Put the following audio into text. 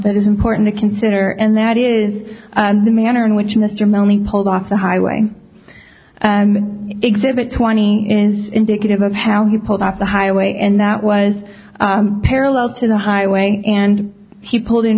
that is important to consider and that is the manner in which mr manley pulled off the highway and exhibit twenty is indicative of how he pulled off the highway and that was parallel to the highway and he pulled i